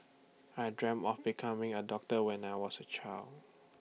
I dreamt of becoming A doctor when I was A child